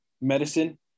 Medicine